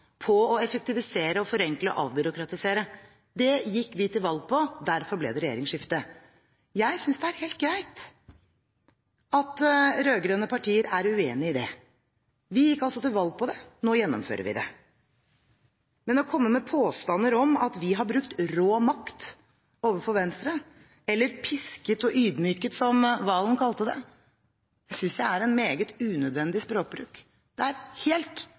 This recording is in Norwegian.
på å effektivisere, forenkle og avbyråkratisere Det gikk vi til valg på – derfor ble det regjeringsskifte. Jeg synes det er helt greit at rød-grønne partier er uenig i dette. Vi gikk altså til valg på dette – nå gjennomfører vi det. Men å komme med påstander om at vi har brukt rå makt overfor Venstre eller pisket og ydmyket dem, som Serigstad Valen kalte det, synes jeg er en meget unødvendig språkbruk. Det er en helt